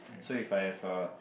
so if I have uh